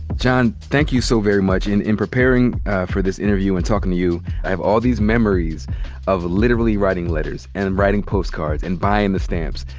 john, thank you so very much. in in preparing for this interview and talkin' to you, i have all these memories of literally writing letters and and writing postcards and buying the stamps.